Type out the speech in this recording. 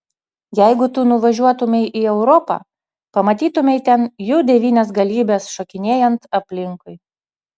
jeigu tu nuvažiuotumei į europą pamatytumei ten jų devynias galybes šokinėjant aplinkui